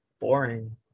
boring